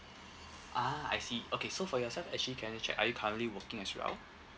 ah I see okay so for yourself actually can I check are you currently working as well